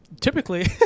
typically